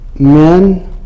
men